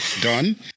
done